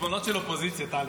חשבונות של אופוזיציה, טלי.